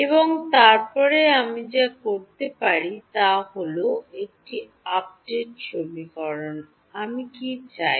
এবং তারপরে আমি যা করতে পারি তা হল একটি আপডেট সমীকরণে আমি কী চাই